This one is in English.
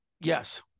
Yes